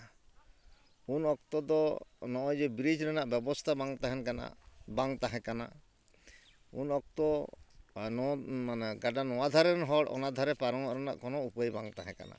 ᱩᱱ ᱚᱠᱛᱚ ᱫᱚ ᱱᱚᱜᱼᱚᱭ ᱡᱮ ᱵᱨᱤᱡᱽ ᱨᱮᱱᱟᱜ ᱵᱮᱵᱚᱥᱛᱟ ᱵᱟᱝ ᱛᱟᱦᱮᱱ ᱠᱟᱱᱟ ᱵᱟᱝ ᱛᱟᱦᱮᱠᱟᱱᱟ ᱩᱱ ᱚᱠᱛᱚ ᱢᱟᱱᱮ ᱱᱚ ᱢᱟᱱᱮ ᱜᱟᱰᱟ ᱱᱚᱣᱟ ᱫᱷᱟᱨᱮ ᱨᱮᱱ ᱦᱚᱲ ᱚᱱᱟ ᱫᱷᱟᱨᱮ ᱯᱟᱨᱚᱢᱚᱜ ᱨᱮᱱᱟᱜ ᱠᱚᱱᱳ ᱩᱯᱟᱹᱭ ᱵᱟᱝ ᱛᱟᱦᱮᱠᱟᱱᱟ